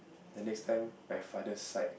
the next time my father's side